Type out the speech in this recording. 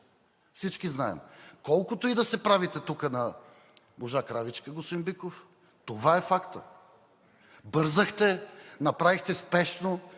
всички знаем! Колкото и да се правите тук на божа кравичка, господин Биков, това е фактът. Бързахте, направихте спешно